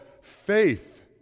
faith